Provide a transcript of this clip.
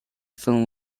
film